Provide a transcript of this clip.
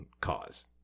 cause